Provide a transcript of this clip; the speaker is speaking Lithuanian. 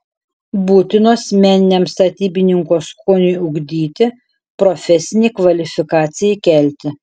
būtinos meniniam statybininko skoniui ugdyti profesinei kvalifikacijai kelti